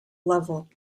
level